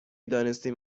دانستیم